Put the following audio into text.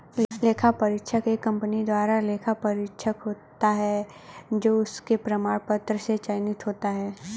लेखा परीक्षक एक कंपनी द्वारा लेखा परीक्षक होता है जो उसके प्रमाण पत्रों से चयनित होता है